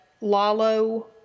Lalo